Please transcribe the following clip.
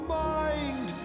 mind